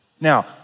Now